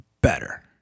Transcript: better